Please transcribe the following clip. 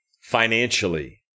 financially